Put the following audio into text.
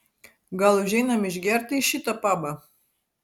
gal užeinam išgerti į šitą pabą